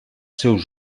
seus